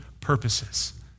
purposes